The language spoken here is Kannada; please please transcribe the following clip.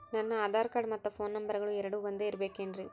ನನ್ನ ಆಧಾರ್ ಕಾರ್ಡ್ ಮತ್ತ ಪೋನ್ ನಂಬರಗಳು ಎರಡು ಒಂದೆ ಇರಬೇಕಿನ್ರಿ?